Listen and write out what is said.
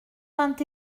vingt